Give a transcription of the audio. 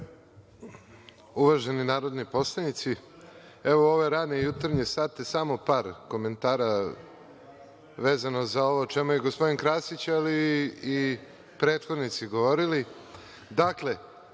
Uvaženi narodni poslanici, evo u ove rane jutarnje sate, samo par komentara vezano za ovo o čemu je gospodin Krasić ali i prethodnici govorili. Dakle,